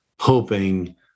hoping